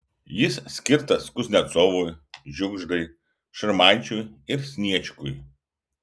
jis skirtas kuznecovui žiugždai šarmaičiui ir sniečkui